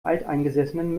alteingesessenen